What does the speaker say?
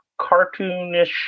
cartoonish